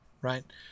right